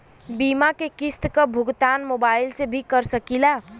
बीमा के किस्त क भुगतान मोबाइल से भी कर सकी ला?